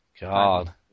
God